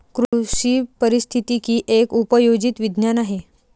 कृषी पारिस्थितिकी एक उपयोजित विज्ञान आहे